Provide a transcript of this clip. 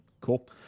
Cool